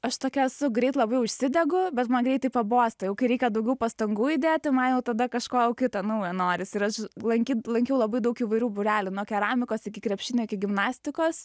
aš tokia esu greit labai užsidegu bet man greitai pabosta jau kai reikia daugiau pastangų įdėti man jau tada kažko jau kito naujo norisi ir aš lankyt lankiau labai daug įvairių būrelių nuo keramikos iki krepšinio iki gimnastikos